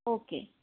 okay